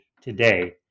today